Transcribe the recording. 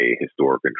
historic